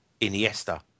Iniesta